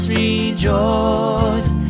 rejoice